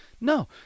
No